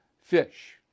fish